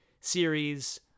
series